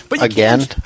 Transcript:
Again